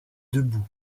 debout